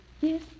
Yes